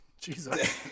Jesus